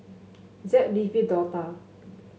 Zeb Leafy Dortha